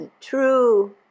True